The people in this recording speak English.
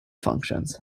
functions